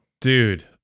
dude